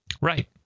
Right